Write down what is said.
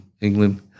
England